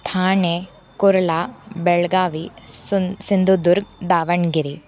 ठाणे कोरळा बेळ्गाविः सुन् सिन्धुदुर्गः दावण्गिरिः